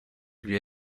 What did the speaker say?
lui